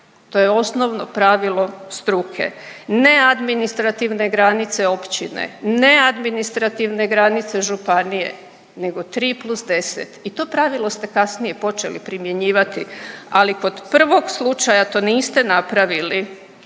to je osnovno pravilo struke. Ne administrativne granice općine, ne administrativne granice županije nego tri plus deset i to pravilo ste kasnije počeli primjenjivati, ali kod prvog slučaja to niste napravili